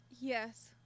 Yes